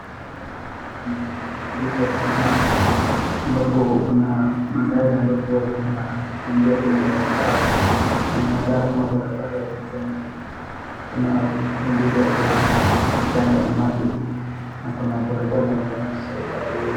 Hapa kuna mafuriko ya maji ambapo kuna magari ambapo huwa zinatembea kwenye barabara na inakaa kama barabara imejaa maji, kuna tuktuk mbili hapo zinapita ndani ya maji na kuna bodaboda ambayo inaenda .